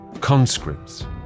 Conscripts